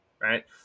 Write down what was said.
right